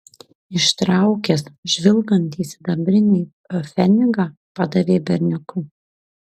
ištraukęs žvilgantį sidabrinį pfenigą padavė berniukui